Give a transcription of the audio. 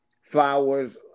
Flowers